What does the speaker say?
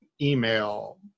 email